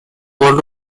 world